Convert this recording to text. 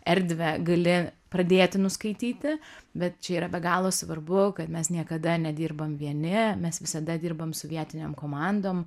erdvę gali pradėti nuskaityti bet čia yra be galo svarbu kad mes niekada nedirbam vieni mes visada dirbam su vietinėm komandom